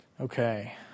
Okay